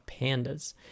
Pandas